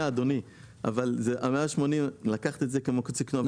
את ה-180 מיליון ₪ לקחנו למוקדי סיכון,